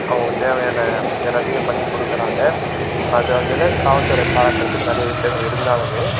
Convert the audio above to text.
அவங்களுக்கு தேவையான எல்லாத்தையுமே பண்ணி கொடுக்குறாங்க அது அதில் காவல்துறையை பாராட்டுறத்துக்கு நிறைய விஷயங்கள் இருந்தாலுமே